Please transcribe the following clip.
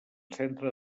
centre